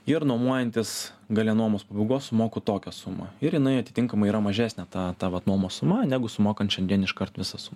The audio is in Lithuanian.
ir nuomojantis gale nuomos pabaigos sumoku tokią sumą ir jinai atitinkamai yra mažesnė ta ta vat nuomos suma negu sumokant šiandien iškart visą su